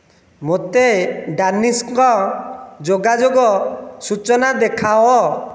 ମୋତେ ଡାନିଶଙ୍କ ଯୋଗାଯୋଗ ସୂଚନା ଦେଖାଅ